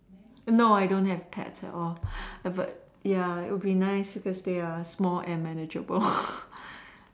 no I don't have pets at all but ya it would be nice because they are small and manageable